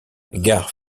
gare